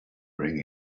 bring